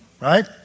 right